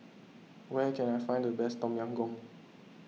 where can I find the best Tom Yam Goong